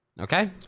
Okay